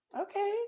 Okay